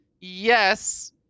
yes